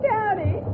County